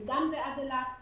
מדן ועד אילת,